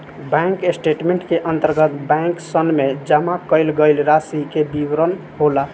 bank statement के अंतर्गत बैंकसन में जमा कईल गईल रासि के विवरण होला